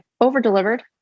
over-delivered